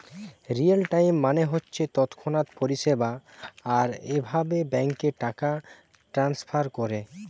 real time মানে হচ্ছে তৎক্ষণাৎ পরিষেবা আর এভাবে ব্যাংকে টাকা ট্রাস্নফার কোরে